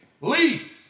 leave